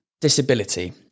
disability